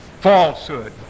falsehood